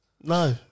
No